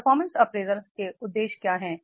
performance appraisal के उद्देश्य क्या हैं